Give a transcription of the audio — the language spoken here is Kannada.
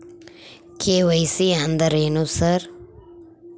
ಕೆ.ವೈ.ಸಿ ಅಂದ್ರೇನು ಸರ್?